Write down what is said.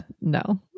no